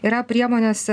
yra priemonės